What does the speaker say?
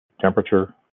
Temperature